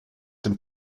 dem